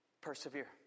Persevere